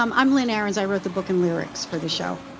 um i'm lynn ahrens. i wrote the book and lyrics for the show.